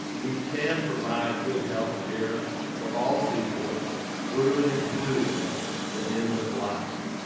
we can provide good health care for all people through and including the end of life.